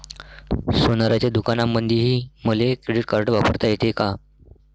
सोनाराच्या दुकानामंधीही मले क्रेडिट कार्ड वापरता येते का?